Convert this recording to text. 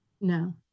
no